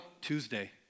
Tuesday